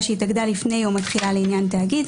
שהתאגדה לפני יום התחילה לעניין תאגיד,